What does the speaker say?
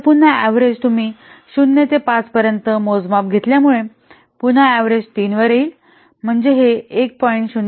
तर पुन्हा ऍव्हरेज तुम्ही 0 ते 5 पर्यंत मोजमाप घेतल्यामुळे पुन्हा ऍव्हरेज 3 वर येईल म्हणजे हे 1